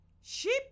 sheep